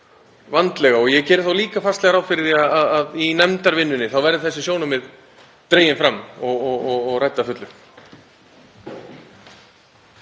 vandlega. Ég geri líka fastlega ráð fyrir því að í nefndarvinnunni verði þessi sjónarmið dregin fram og rædd að fullu.